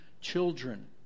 children